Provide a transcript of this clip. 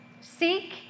Seek